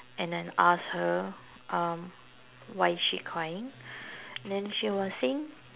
and then asked her um why is she crying and then she was saying